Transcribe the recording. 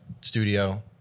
studio